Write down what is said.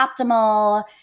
optimal